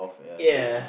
ya